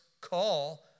call